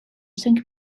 cinq